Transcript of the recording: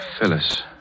Phyllis